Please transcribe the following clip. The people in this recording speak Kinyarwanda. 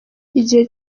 igihe